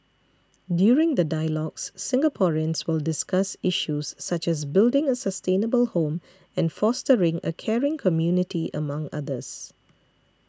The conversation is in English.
during the dialogues Singaporeans will discuss issues such as building a sustainable home and fostering a caring community among others